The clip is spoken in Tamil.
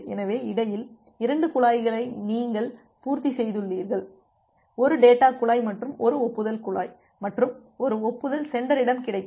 எனவே இடையில் உள்ள 2 குழாய்களை நீங்கள் பூர்த்தி செய்துள்ளீர்கள் ஒரு டேட்டாக் குழாய் மற்றும் ஒரு ஒப்புதல் குழாய் மற்றும் ஒரு ஒப்புதல் சென்டரிடம் கிடைத்தது